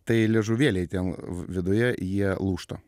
tai liežuvėliai ten viduje jie lūžta